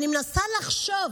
כולם צריכים את הכסף.